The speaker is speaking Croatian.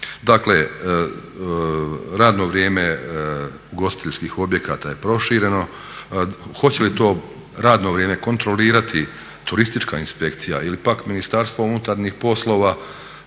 Dakle, radno vrijeme ugostiteljskih objekata je prošireno, hoće li to radno vrijeme kontrolirati turistička inspekcija ili pak Ministarstvo unutarnjih poslova,